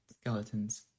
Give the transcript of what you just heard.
skeletons